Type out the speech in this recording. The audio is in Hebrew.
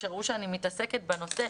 כשראו שאני מתעסקת בנושא,